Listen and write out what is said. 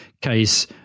case